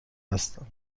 هستم